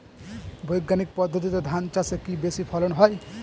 বৈজ্ঞানিক পদ্ধতিতে ধান চাষে কি বেশী ফলন হয়?